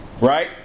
right